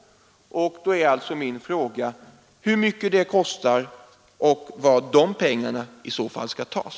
Då vill jag fråga hur mycket det kostar och varifrån de pengarna i så fall skall tas.